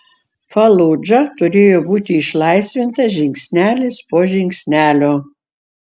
faludža turėjo būti išlaisvinta žingsnelis po žingsnelio